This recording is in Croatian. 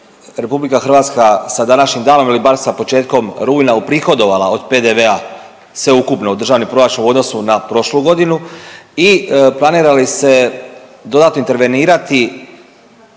Republika Hrvatska sa današnjim danom ili bar sa početkom rujna uprihodovala od PDV-a sveukupno u državni proračun u odnosu na prošlu godinu. I planira li se dodatno intervenirati,